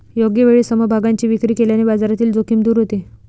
योग्य वेळी समभागांची विक्री केल्याने बाजारातील जोखीम दूर होते